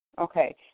okay